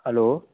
hello